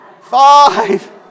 Five